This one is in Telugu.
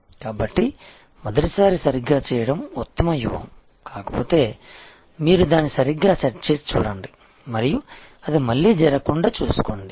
కాబట్టి మొదటిసారి సరిగ్గా చేయడం ఉత్తమ వ్యూహం కాకపోతే మీరు దాన్ని సరిగ్గా సెట్ చేసి చూడండి మరియు అది మళ్లీ జరగకుండా చూసుకోండి